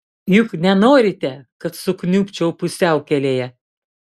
juk nenorite kad sukniubčiau pusiaukelėje